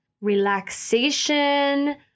relaxation